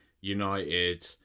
United